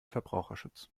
verbraucherschutz